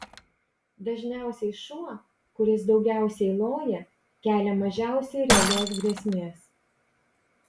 dažniausiai šuo kuris daugiausiai loja kelia mažiausiai realios grėsmės